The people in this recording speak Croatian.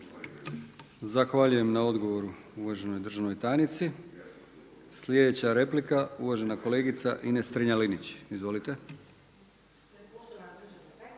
Zahvaljujem na odgovoru uvaženoj državnoj tajnici. Sljedeća replika uvažena kolegica Ines Strenja-Linić. Izvolite.